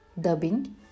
Dubbing